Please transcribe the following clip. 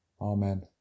Amen